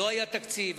לא היה תקציב,